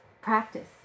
practice